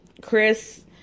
Chris